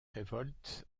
révolte